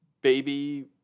baby